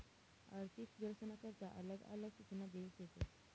आर्थिक सुधारसना करता आलग आलग सूचना देल शेतस